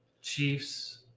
Chiefs